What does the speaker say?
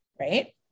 right